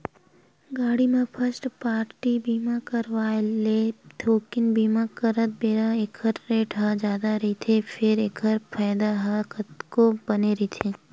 गाड़ी म first party बीमा करवाय ले थोकिन बीमा करत बेरा ऐखर रेट ह जादा रहिथे फेर एखर फायदा ह तको बने रहिथे